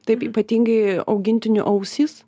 taip ypatingai augintinių ausys